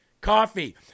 coffee